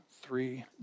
three